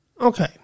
Okay